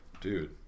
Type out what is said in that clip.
Dude